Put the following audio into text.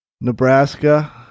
Nebraska